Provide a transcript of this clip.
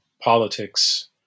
politics